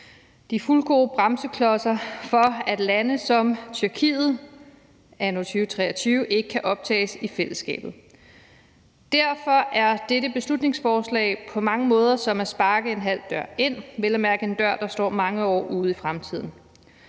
de fuldgode bremseklodser for, at lande som Tyrkiet anno 2023 ikke kan optages i fællesskabet. Derfor er dette beslutningsforslag på mange måder som at sparke en halvåben dør ind, vel at mærke en dør, der står mange år ude i fremtiden.